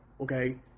okay